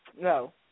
No